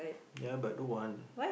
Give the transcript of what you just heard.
ya but I don't want